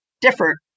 different